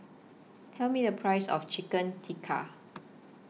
Tell Me The Price of Chicken Tikka